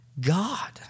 God